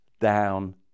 down